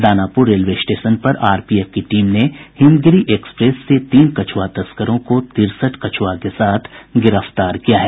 Danapur railway station पर RPF की team ने हिमगिरी एक्सप्रेस से तीन कछुआ तस्करों को तिरसठ जिंदा कछुआ के साथ गिरफ्तार किया है